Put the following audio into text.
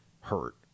hurt